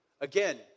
Again